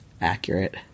accurate